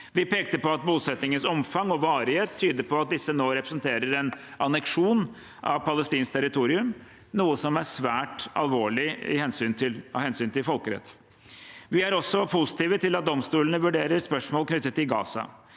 Vi pekte på at bosettingenes omfang og varighet tyder på at disse nå representerer en anneksjon av palestinsk territorium, noe som er svært alvorlig med hensyn til folkeretten. Vi er også positive til at domstolene vurderer spørsmål knyttet til Gaza.